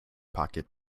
pocket